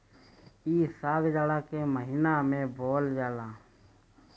इ साग जाड़ा के महिना में बोअल जाला